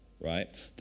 right